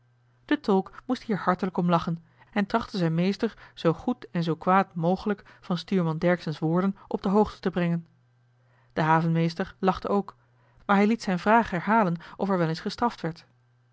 de tolk moest hier hartelijk om lachen en trachtte zijn meester zoo goed en zoo kwaad mogelijk van stuurman dercksen's woorden op de hoogte te brengen de havenmeester lachte ook maar hij liet z'n vraag herhalen of er wel eens een gestraft werd